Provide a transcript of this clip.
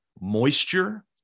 moisture